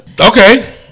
Okay